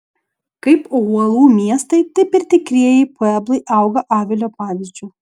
kaip uolų miestai taip ir tikrieji pueblai auga avilio pavyzdžiu